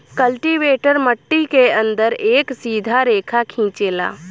cultivator मट्टी के अंदर एक सीधा रेखा खिंचेला